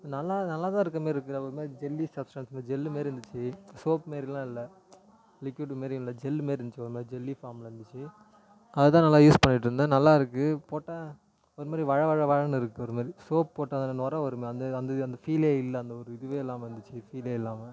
நல்லா நல்லா தான் இருக்கிற மாரி இருக்குது அது ஒரு மாதிரி ஜெல்லி சப்ஸ்டன்ஸ் இந்த ஜெல்லு மாதிரி இருந்துச்சு சோப்பு மாரிலாம் இல்லை லிக்யூடு மாரியும் இல்லை ஜெல்லு மாரி இருந்துச்சு ஒரு மாதிரி ஜெல்லி ஃபார்மில் இருந்துச்சு அதுதான் நல்லா யூஸ் பண்ணிட்டு இருந்தேன் நல்லா இருக்குது போட்டால் ஒரு மாதிரி வழவழவழன்னு இருக்குது ஒரு மாதிரி சோப்பு போட்டால் அந்த நிற வரும் அந்த அந்த அந்த ஃபீலே இல்லை அந்த ஒரு இதுவே இல்லாமல் இருந்துச்சு ஃபீலே இல்லாமல்